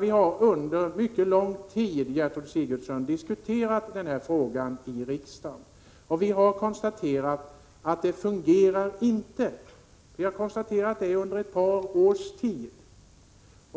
Vi har under mycket lång tid, Gertrud Sigurdsen, diskuterat denna fråga i riksdagen och vi har under ett par års tid kunnat konstatera att det inte fungerar bra.